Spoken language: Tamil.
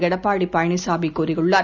எடப்பாடி பழனிசாமி கூறியுள்ளார்